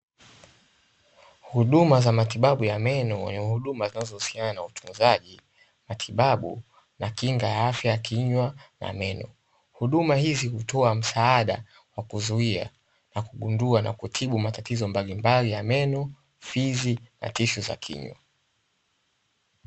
Huduma za matibabu ya meno ni huduma zinazo husiana na utunzaji, matibabu na kinga ya afya ya kinywa na meno. Huduma hizi hutoa msaada na kuzuia na kugundua na kutibu matatizo mbalimbali ya meno, fizi na tishu za kinywa.